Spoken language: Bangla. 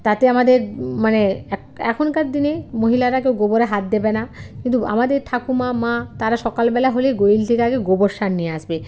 তাতে আমাদের মানে এখনকার দিনে মহিলারা কেউ গোবরে হাত দেবে না কিন্তু আমাদের ঠাকুমা মা তারা সকাল বেলা হলেই গোইল থেকে আগে গোবর সার নিয়ে আসবে